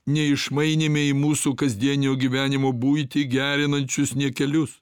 neišmainėme į mūsų kasdienio gyvenimo buitį gerinančius niekelius